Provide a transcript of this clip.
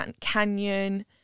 canyon